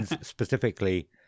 specifically